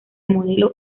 modelo